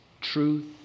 truth